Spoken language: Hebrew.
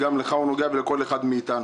שנוגע גם לך ולכל אחד מאיתנו.